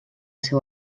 seu